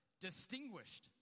distinguished